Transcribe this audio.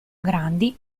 grandi